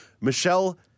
Michelle